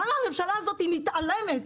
למה הממשלה הזאת מתעלמת?